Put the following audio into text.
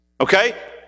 Okay